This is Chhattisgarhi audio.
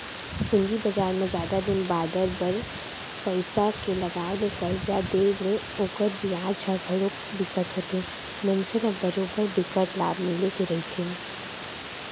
पूंजी बजार म जादा दिन बादर बर पइसा के लगाय ले करजा देय ले ओखर बियाज ह घलोक बिकट होथे मनसे ल बरोबर बिकट लाभ मिले के रहिथे